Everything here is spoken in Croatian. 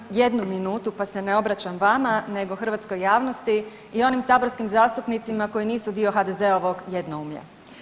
Imam jednu minutu pa se ne obraćam vama nego hrvatskoj javnosti i onim saborskim zastupnicima koji nisu dio HDZ-ovog jednoumlja.